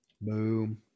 Boom